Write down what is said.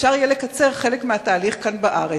אפשר יהיה לקצר חלק מהתהליך כאן בארץ.